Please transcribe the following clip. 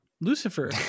Lucifer